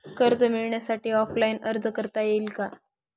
कर्ज मिळण्यासाठी ऑफलाईन अर्ज करता येईल का?